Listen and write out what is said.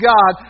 God